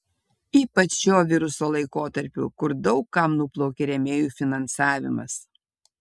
ypač šiuo viruso laikotarpiu kur daug kam nuplaukė rėmėjų finansavimas